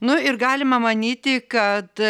nu ir galima manyti kad